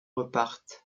repartent